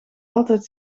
altijd